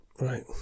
Right